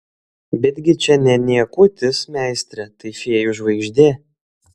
betgi čia ne niekutis meistre tai fėjų žvaigždė